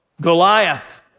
Goliath